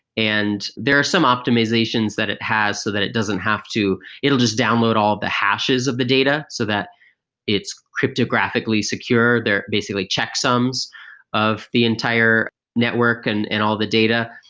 and there are some optimizations that it has so that it doesn't have to. it'll just download all the hashes of the data so that it's cryptographically secure. they're basically checksums of the entire network and and all the data.